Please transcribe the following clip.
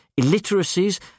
illiteracies